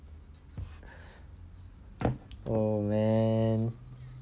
oh man